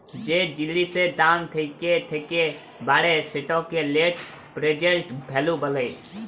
যে জিলিসের দাম থ্যাকে থ্যাকে বাড়ে সেটকে লেট্ পেরজেল্ট ভ্যালু ব্যলে